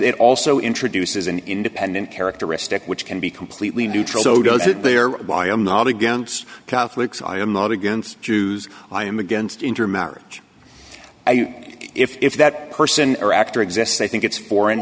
it also introduces an independent characteristic which can be completely neutral so does it they are why i'm not against catholics i am not against jews i am against intermarriage if that person or actor exists i think it's foreign